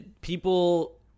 People